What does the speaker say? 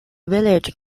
village